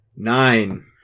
nine